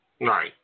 Right